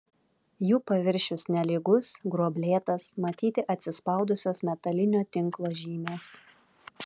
jų paviršius nelygus gruoblėtas matyti atsispaudusios metalinio tinklo žymės